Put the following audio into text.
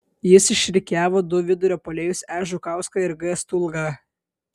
jis išrikiavo du vidurio puolėjus e žukauską ir g stulgą